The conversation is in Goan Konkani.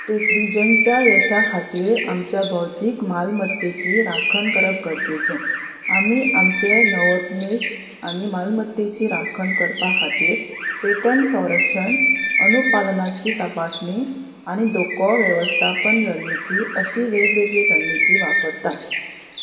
टेक्विजनच्या यशा खातीर आमच्या भौतीक मालमत्तेची राखण करप गरजेचें आमी आमचें नवोत्मेश आनी मालमत्तेची राखण करपा खातीर पेटण संरक्षण अनुपालनाची तपासणी आनी धोको वेवस्थापन रणणीती अशी वेगवेगळी रणणीती वापरतात